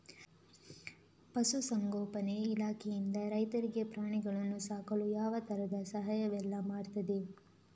ಪಶುಸಂಗೋಪನೆ ಇಲಾಖೆಯಿಂದ ರೈತರಿಗೆ ಪ್ರಾಣಿಗಳನ್ನು ಸಾಕಲು ಯಾವ ತರದ ಸಹಾಯವೆಲ್ಲ ಮಾಡ್ತದೆ?